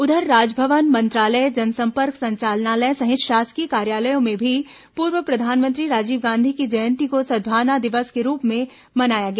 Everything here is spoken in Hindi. उधर राजभवन मंत्रालय जनसंपर्क संचालनालय सहित शासकीय कार्यालयों में भी पूर्व प्रधानमंत्री राजीव गांधी की जयंती को सदभावना दिवस के रूप में मनाया गया